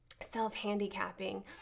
self-handicapping